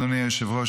אדוני היושב-ראש,